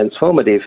transformative